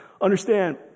Understand